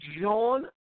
John